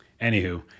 Anywho